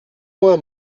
moi